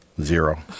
Zero